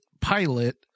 pilot